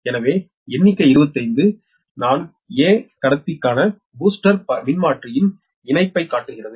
எனவே எண்ணிக்கை 25 நான் வருவேன் 'a' கட்டத்திற்கான பூஸ்டர் மின்மாற்றியின் இணைப்பைக் காட்டுகிறது